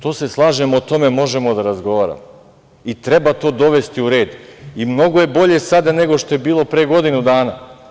Tu se slažemo, i o tome možemo da razgovaramo, treba to dovesti u red i mnogo je bolje sada, nego što je bilo pre godinu dana.